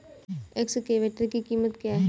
Excavator की कीमत क्या है?